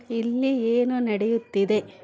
ಇಲ್ಲಿ ಏನು ನಡೆಯುತ್ತಿದೆ